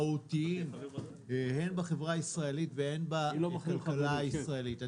מהותיים הן בחברה הישראלית והן בכלכלה הישראלית.